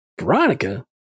Veronica